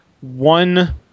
one